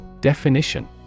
Definition